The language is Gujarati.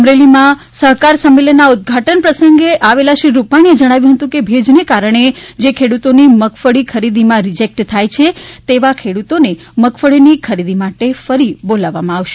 અમરેલીમાં સહકાર સંમેલનના ઉદઘાટન પ્રસંગે માટે આવેલા શ્રી રૂપાણીએ જણાવ્યું હતું કે ભેજને કારણે જે ખેડૂતોની મગફળી ખરીદીમાં રીજેક્ટ થાય છે તેવા ખેડૂતોને મગફળીની ખરીદી માટે ફરી બોલાવવામાં આવશે